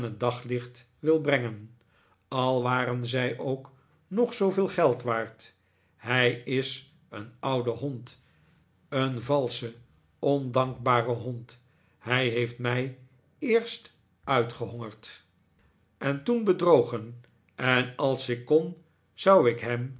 daglicht wilde brengen al waren zij ook nog zooveel geld waard hij is een oude hond een valsche ondankbare hond hijheeft mij eerst uitgehongerd en toen bedrogen en als ik kon zou ik hem